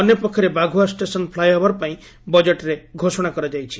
ଅନ୍ୟପକ୍ଷରେ Baghua station flyover ପାଇଁ ବଜେଟ୍ରେ ଘୋଷଣା କରାଯାଇଛି